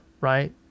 right